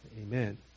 Amen